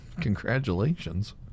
congratulations